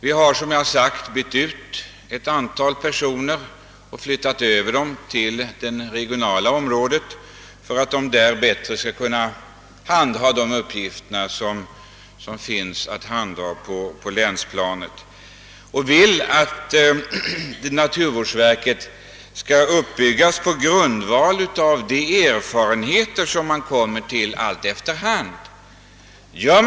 Vi har, såsom jag påpekat, flyttat över ett antal personer till det regionala området för att de där på ett bättre sätt skall kunna handha de uppgifter, som finns på länsplanet, och vill att naturvårdsverket skall uppbyggas på grundval av de erfarenheter som man där efter hand kommer att vinna.